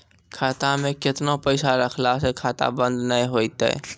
खाता मे केतना पैसा रखला से खाता बंद नैय होय तै?